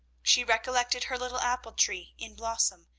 she recollected her little apple tree in blossom,